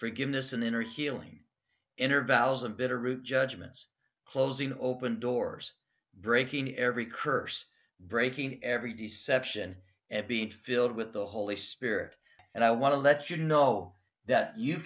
forgiveness and inner healing inner val's of bitterroot judgments closing open doors breaking every curse breaking every d section being filled with the holy spirit and i want to let you know that you